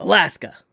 Alaska